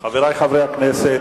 הכנסת,